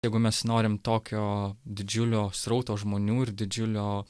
jeigu mes norim tokio didžiulio srauto žmonių ir didžiulio